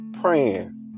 praying